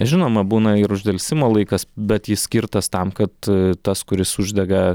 žinoma būna ir uždelsimo laikas bet jis skirtas tam kad tas kuris uždega